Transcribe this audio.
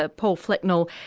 ah paul flecknell,